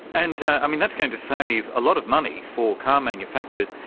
and that's going to save a lot of money for car manufacturers,